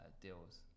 Deals